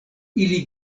ili